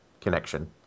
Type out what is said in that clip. connection